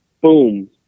boom